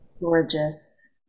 gorgeous